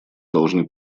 должны